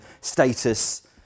status